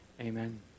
Amen